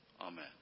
amen